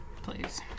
please